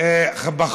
אין שום נזק, ברוך השם.